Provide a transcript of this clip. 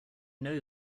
know